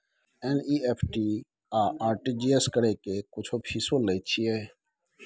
NEFT आ RTGS करै के कुछो फीसो लय छियै?